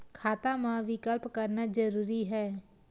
खाता मा विकल्प करना जरूरी है?